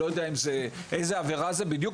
לא יודע איזו עבירה זו בדיוק,